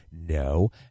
No